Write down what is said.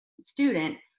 student